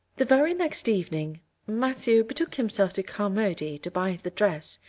the very next evening matthew betook himself to carmody to buy the dress,